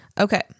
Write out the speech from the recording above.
Okay